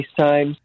FaceTime